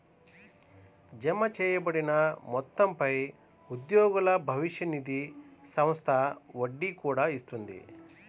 జమచేయబడిన మొత్తంపై ఉద్యోగుల భవిష్య నిధి సంస్థ వడ్డీ కూడా ఇస్తుంది